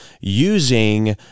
using